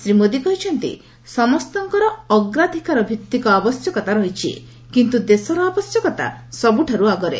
ଶ୍ରୀ ମୋଦି କହିଛନ୍ତି ସମସ୍ତଙ୍କର ଅଗ୍ରାଧକାରଭିତ୍ତିକ ଆବଶ୍ୟକତା ରହିଛି କିନ୍ତୁ ଦେଶର ଆବଶ୍ୟକତା ସବୁଠାରୁ ଆଗରେ